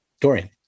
Dorian